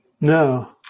No